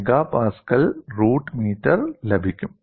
15 MPa root metre ലഭിക്കും